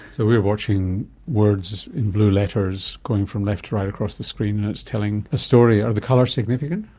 so we're watching words in blue letters going from left to right across the screen and it's telling a story. are the colours significant?